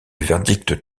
verdict